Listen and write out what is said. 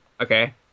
Okay